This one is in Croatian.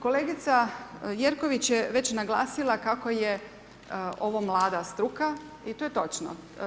Kolegica Jerković je već naglasila kako je ovo mlada struka i to je točno.